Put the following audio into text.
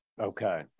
Okay